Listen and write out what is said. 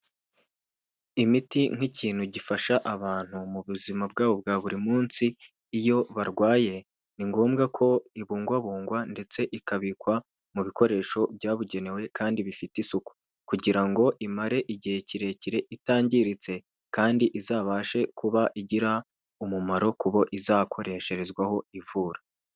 Imiti nk'ikintu gifasha abantu mu buzima bwabo bwa buri munsi iyo barwaye ni ngombwa ko ibungwabungwa ndetse ikabikwa mu bikoresho byabugenewe kandi bifite isuku kugira ngo imare igihe kirekire itangiritse kandi izabashe kuba igira umumaro ku bo izakoreshezwaho ivura.